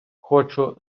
хочу